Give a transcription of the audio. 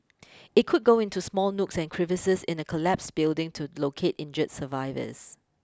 it could go into small nooks and crevices in a collapsed building to locate injured survivors